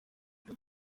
dore